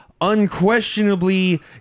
unquestionably